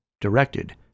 Directed